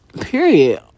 Period